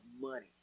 money